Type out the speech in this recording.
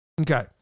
Okay